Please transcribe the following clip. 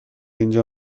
اینجا